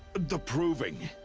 the proving.